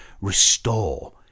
restore